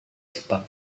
jepang